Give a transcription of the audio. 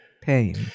pain